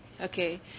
okay